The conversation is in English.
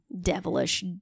devilish